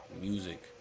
music